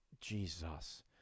Jesus